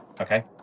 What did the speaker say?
Okay